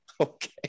okay